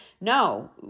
No